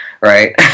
right